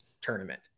tournament